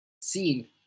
seen